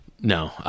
No